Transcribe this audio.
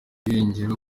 irengero